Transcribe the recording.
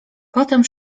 potem